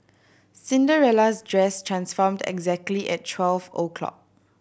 Cinderella's dress transformed exactly at twelve o'clock